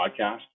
podcast